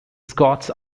scots